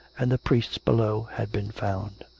and the priests below had been found.